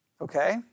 Okay